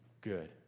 good